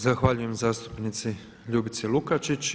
Zahvaljujem zastupnici Ljubici Lukačić.